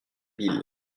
ville